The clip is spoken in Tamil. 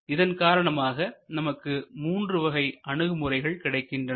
இதன் காரணமாக நமக்கு மூன்று வகை அணுகுமுறைகள் கிடைக்கின்றன